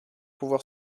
pouvoir